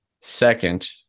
Second